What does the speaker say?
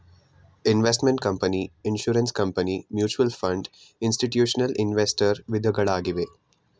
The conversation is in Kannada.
investment company, insurance company, mutual fund, institutional investors ವಿಧಗಳಾಗಿವೆ